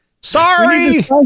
Sorry